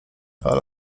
ale